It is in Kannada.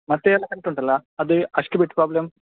ಮತ್ತೆ ಎಲ್ಲ ಕರೆಕ್ಟ್ ಉಂಟಲ್ಲ ಅದು ಅಷ್ಟು ಬಿಟ್ಟು ಪ್ರಾಬ್ಲಮ್